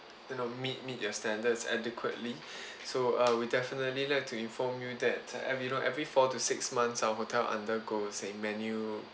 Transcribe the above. you know meet meet your standards adequately so uh we definitely like to inform you that every you know every four to six months our hotel undergoes a menu